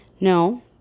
No